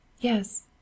Yes